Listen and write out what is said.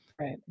right